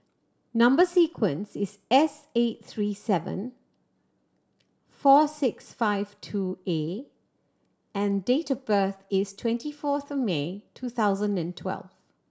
number sequence is S eight three seven four six five two A and date of birth is twenty fourth May two thousand and twelve